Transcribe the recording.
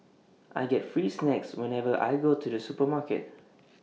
I get free snacks whenever I go to the supermarket